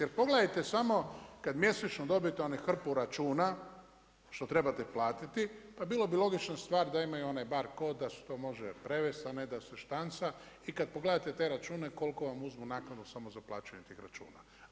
Jer pogledajte samo kad mjesečno dobijete onih hrpu računa, što trebate platiti, pa bilo bi logična stvar da imaju onaj bar kod, da se to može prevest, a ne da se štanca i kad pogledate te račune koliko vam uzmu naknadu samo za plaćanje tih računa.